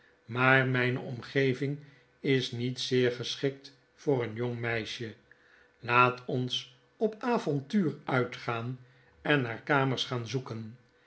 tegenieten maarmrjne omgeving is niet zeer geschikt voor een jongmeisje laat ons op avontuur uitgaan en naar kamers gaan zoeken